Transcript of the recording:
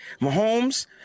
Mahomes